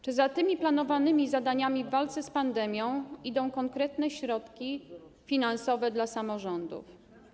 Czy za tymi planowanymi zadaniami w walce z pandemią idą konkretne środki finansowe dla samorządów?